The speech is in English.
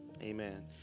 amen